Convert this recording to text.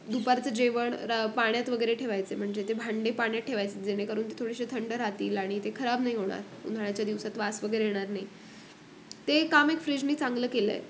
दुपारचं जेवण रा पाण्यात वगैरे ठेवायचे म्हणजे ते भांडे पाण्यात ठेवायचे जेणेकरून ते थोडेशे थंड राहतील आणि ते खराब नाही होणार उन्हाळ्याच्या दिवसात वास वगैरे येणार नाही ते काम एक फ्रीजने चांगलं केलं आहे